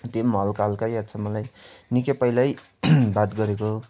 त्यो हल्का हल्का याद छ मलाई निकै पहिल्यै बात गरेको